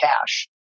cash